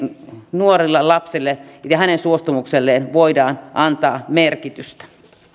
nuorelle lapselle ja hänen suostumukselleen voidaan antaa merkitystä